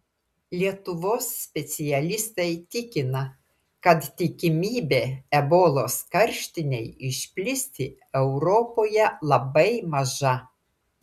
lietuvos specialistai tikina kad tikimybė ebolos karštinei išplisti europoje labai maža